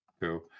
Cool